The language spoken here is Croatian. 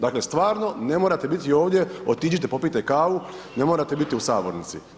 Dakle, stvarno ne morate biti ovdje, otiđite, popite kavu, ne morate biti u sabornici.